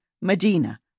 Medina